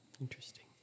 Interesting